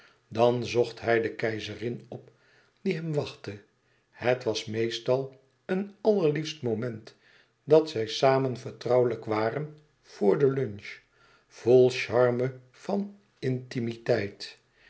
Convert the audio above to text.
dan zocht hij de keizerin op die hem wachtte het was meestal een allerliefst e ids aargang moment dat zij samen vertrouwelijk waren vor het lunch vol charme van intimiteit